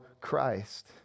Christ